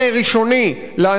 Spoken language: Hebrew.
כל עוד הם נמצאים כאן.